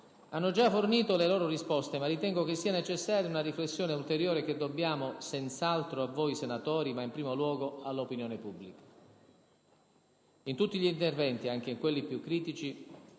hanno già fornito le loro risposte, ma ritengo che sia necessaria una riflessione ulteriore che dobbiamo senz'altro a voi senatori, ma in primo luogo all'opinione pubblica. In tutti gli interventi, anche in quelli più critici,